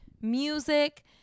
music